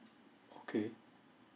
okay